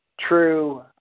True